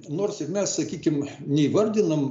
nors ir mes sakykim neįvardinam